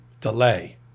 delay